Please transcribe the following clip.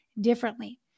differently